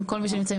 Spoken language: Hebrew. עם כל מי שנמצאים.